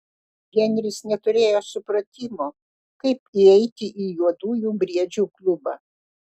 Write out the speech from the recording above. henris neturėjo supratimo kaip įeiti į juodųjų briedžių klubą